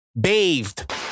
Bathed